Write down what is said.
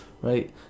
right